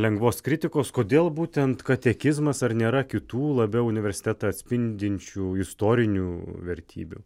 lengvos kritikos kodėl būtent katekizmas ar nėra kitų labiau universitetą atspindinčių istorinių vertybių